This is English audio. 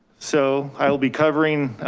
so i'll be covering